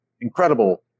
incredible